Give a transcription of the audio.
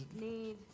need